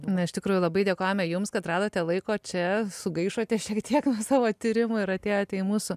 na iš tikrųjų labai dėkojame jums kad radote laiko čia sugaišote šiek tiek savo tyrimų ir atėjote į mūsų